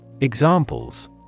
Examples